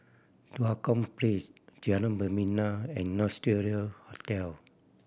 Tua Kong Place Jalan Membina and Nostalgia Hotel